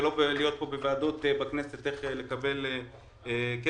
ולא בלהיות פה בוועדות בכנסת כדי לקבל כסף.